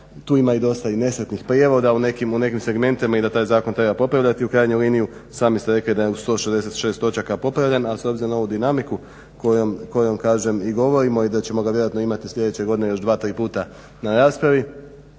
tu ima dosta i nesretnih prijevoda u nekim segmentima i da taj zakon treba popravljati u krajnjoj liniji sami ste rekli da je u 166 točaka popravljen, a s obzirom na ovu dinamiku kojom govorimo i da ćemo ga vjerojatno imati sljedeće godine još dva, tri puta na raspravi